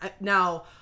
now